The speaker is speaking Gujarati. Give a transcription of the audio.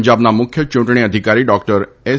પંજાબના મુખ્ય ચૂંટણી અધિકારી ડોક્ટર એસ